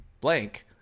blank